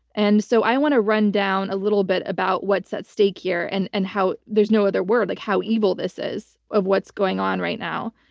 and so i want to run down a little bit about what's at stake here and and how there's no other word like how evil this is of what's going on right now.